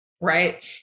right